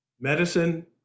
medicine